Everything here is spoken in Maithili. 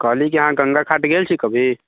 कहली की अहाँ गंगा घाट गेल छी कभी